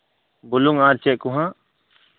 ᱵᱩᱞᱩᱝ ᱟᱨ ᱪᱮᱫ ᱠᱚᱸᱦᱟᱜ